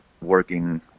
working